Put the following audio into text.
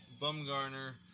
Bumgarner